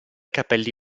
capelli